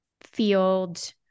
field